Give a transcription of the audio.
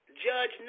Judge